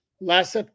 last